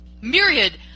myriad